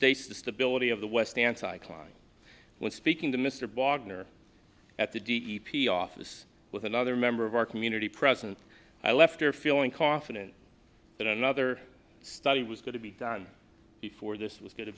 states the stability of the west anti clotting when speaking to mr bogner at the d e p t office with another member of our community president i left her feeling confident that another study was going to be done before this was going to